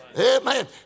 Amen